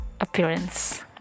appearance